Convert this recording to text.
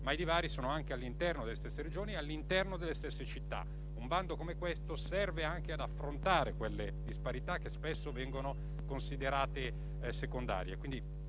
dei divari all'interno delle stesse Regioni e delle stesse città. Un bando come questo serve anche ad affrontare quelle disparità che spesso vengono considerate secondarie.